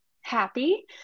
happy